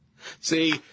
See